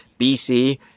BC